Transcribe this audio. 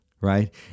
right